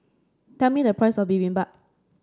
tell me the price of Bibimbap